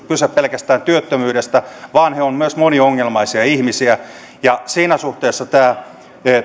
kyse pelkästään työttömyydestä vaan he ovat myös moniongelmaisia ihmisiä siinä suhteessa